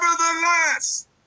Nevertheless